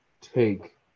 take